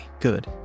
good